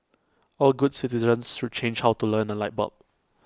all good citizens should change how to learn A light bulb